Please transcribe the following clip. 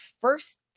first